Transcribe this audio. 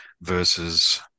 versus